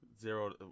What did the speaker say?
zero